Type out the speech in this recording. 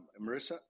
Marissa